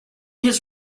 his